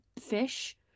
fish